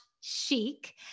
chic